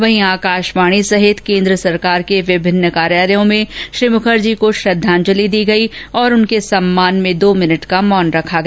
वहीं आकाशवाणी सहित केन्द्र सरकार के विभिन्न कार्यालयों में श्री मुखर्जी को श्रद्धांजलि दी गई और उनर्के सम्मान में दो मिनिट का मौन रखा गया